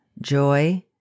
joy